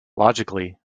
logically